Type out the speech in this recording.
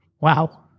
Wow